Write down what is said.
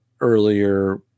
earlier